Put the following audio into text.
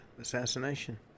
assassination